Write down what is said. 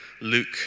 Luke